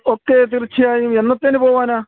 okay തീർച്ചയായും എന്നത്തേന് പോവാനാ